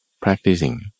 practicing